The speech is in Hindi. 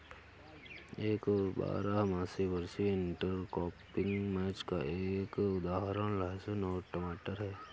एक बारहमासी वार्षिक इंटरक्रॉपिंग मैच का एक उदाहरण लहसुन और टमाटर है